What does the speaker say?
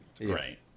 Right